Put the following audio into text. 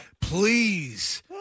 Please